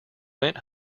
went